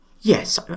Yes